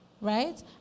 right